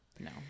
no